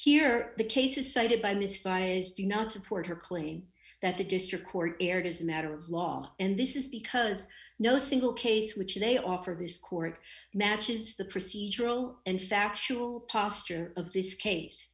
here the cases cited by mistah is do not support her claim that the district court erred as a matter of law and this is because no single case which they offered these court matches the procedural and factual posture of this case